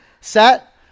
Set